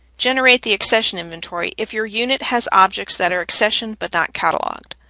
generate the accession inventory if your unit has objects that are accessioned but not cataloged.